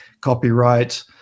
copyright